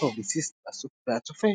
אז פובליציסט בהצופה,